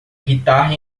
guitarra